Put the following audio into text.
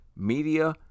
media